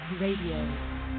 Radio